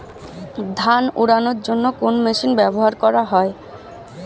ধান উড়ানোর জন্য কোন মেশিন ব্যবহার করা হয়?